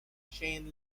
shane